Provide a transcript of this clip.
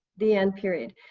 the end, period.